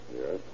Yes